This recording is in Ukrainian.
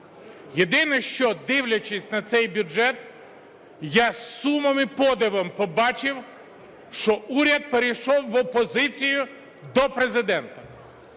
Єдине, що дивлячись на цей бюджет, я з сумом і подивом побачив, що уряд перейшов в опозицію до Президента,